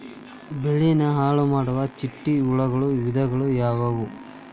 ಬೆಳೆನ ಹಾಳುಮಾಡುವ ಚಿಟ್ಟೆ ಹುಳುಗಳ ವಿಧಗಳು ಯಾವವು?